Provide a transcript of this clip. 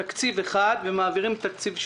מתקציב אחד ומעבירים לתקציב שני.